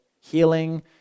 healing